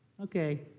okay